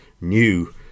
new